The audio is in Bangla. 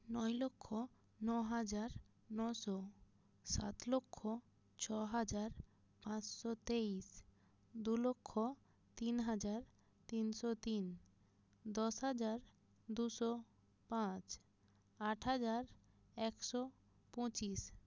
নয় লক্ষ ন হাজার নশো সাত লক্ষ ছ হাজার পাঁসশো তেইশ দু লক্ষ তিন হাজার তিনশো তিন দশ হাজার দুশো পাঁচ আট হাজার একশো পঁচিশ